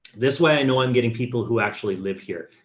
this way. i know i'm getting people who actually live here.